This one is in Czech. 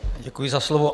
Děkuji za slovo.